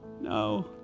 no